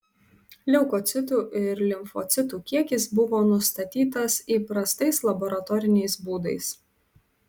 leukocitų ir limfocitų kiekis buvo nustatytas įprastais laboratoriniais būdais